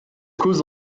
cause